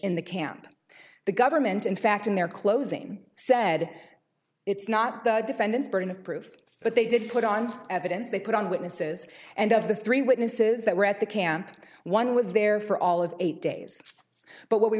in the camp the government in fact in their closing said it's not the defendant's burden of proof but they did put on evidence they put on witnesses and of the three witnesses that were at the camp one was there for all of eight days but what we